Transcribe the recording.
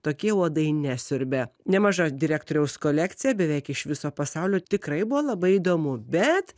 tokie uodai nesiurbia nemaža direktoriaus kolekcija beveik iš viso pasaulio tikrai buvo labai įdomu bet